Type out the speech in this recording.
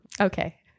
Okay